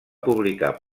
publicar